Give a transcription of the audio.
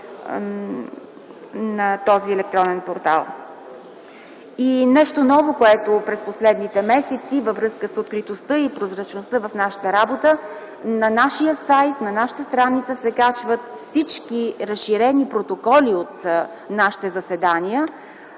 на този електронен портал. Нещо ново през последните месеци във връзка с откритостта и прозрачността в нашата работа – на нашия сайт, на нашата интернет страница се качват всички разширени протоколи от нашите заседания.